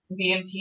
DMT